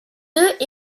œufs